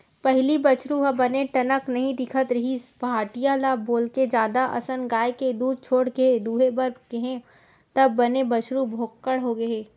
पहिली बछरु ह बने टनक नइ दिखत रिहिस पहाटिया ल बोलके जादा असन गाय के दूद छोड़ के दूहे बर केहेंव तब बने बछरु भोकंड होगे